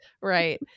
Right